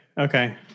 okay